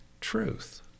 truth